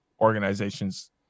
organizations